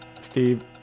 Steve